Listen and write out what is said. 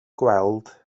gweld